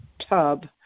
tub